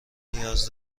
نیاز